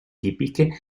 tipiche